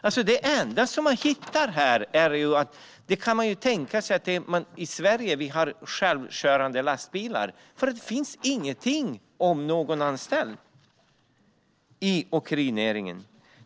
Man skulle kunna tro att vi i Sverige har självkörande lastbilar, för det står ingenting om någon anställd i åkerinäringen.